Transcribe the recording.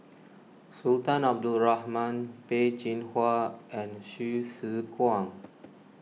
Sultan Abdul Rahman Peh Chin Hua and Hsu Tse Kwang